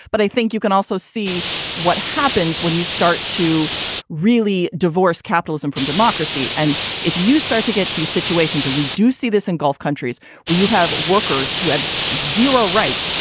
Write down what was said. but i think you can also see what happens when you start to really divorce capitalism from democracy. and if you start to get these situations and we do see this in gulf countries where you have workers who have zero rights.